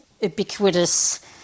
ubiquitous